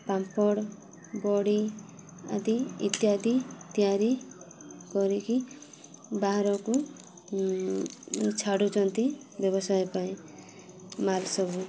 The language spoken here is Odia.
ପାମ୍ପଡ଼ ବଡ଼ି ଆଦି ଇତ୍ୟାଦି ତିଆରି କରିକି ବାହାରକୁ ଛାଡ଼ୁଛନ୍ତି ବ୍ୟବସାୟ ପାଇଁ ମାଲ୍ ସବୁ